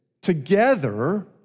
together